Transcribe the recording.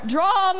Draw